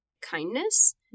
kindness